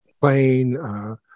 playing